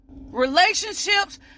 Relationships